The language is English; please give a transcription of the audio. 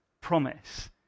promise